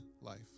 life